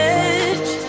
edge